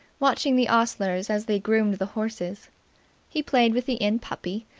watching the ostlers as they groomed the horses he played with the inn puppy,